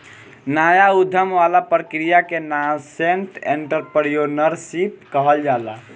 नाया उधम वाला प्रक्रिया के नासेंट एंटरप्रेन्योरशिप कहल जाला